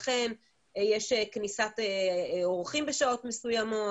לכן יש כניסת אורחים בשעות מסוימות.